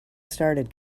started